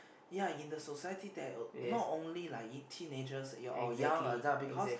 ya in the society there not only like it teenagers or young adult because